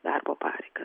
darbo pareigas